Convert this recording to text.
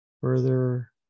Further